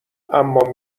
اما